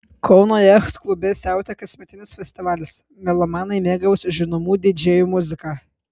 kauno jachtklube siautė kasmetinis festivalis melomanai mėgavosi žinomų didžėjų muzika